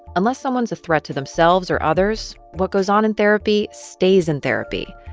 unless someone's a threat to themselves or others, what goes on in therapy stays in therapy.